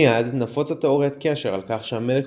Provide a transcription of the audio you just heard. מיד נפוצה תאוריית קשר על כך שהמלך